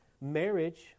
Marriage